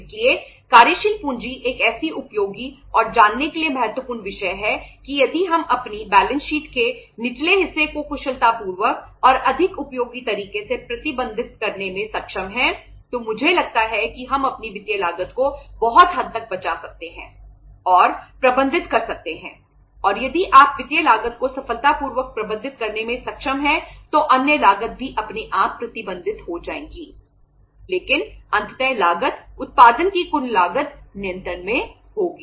इसलिए कार्यशील पूंजी एक ऐसा उपयोगी और जानने के लिए महत्वपूर्ण विषय है कि यदि हम अपनी बैलेंस शीट के निचले हिस्से को कुशलतापूर्वक और अधिक उपयोगी तरीके से प्रबंधित करने में सक्षम हैं तो मुझे लगता है कि हम अपनी वित्तीय लागत को बहुत हद तक बचा सकते हैं और प्रबंधित कर सकते हैं और यदि आप वित्तीय लागत को सफलतापूर्वक प्रबंधित करने में सक्षम तो अन्य लागत भी अपने आप प्रतिबंधित हो जाएंगी लेकिन अंततः लागत उत्पादन की कुल लागत नियंत्रण में होगी